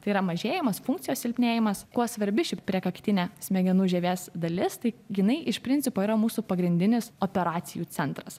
tai yra mažėjimas funkcijos silpnėjimas kuo svarbi ši prie kaktinė smegenų žievės dalis tai jinai iš principo yra mūsų pagrindinis operacijų centras